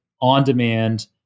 on-demand